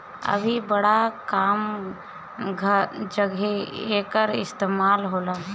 अभी बड़ा कम जघे एकर इस्तेमाल होला